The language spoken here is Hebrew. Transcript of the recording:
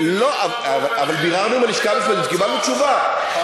אבל ביררנו בלשכה המשפטית וקיבלנו תשובה,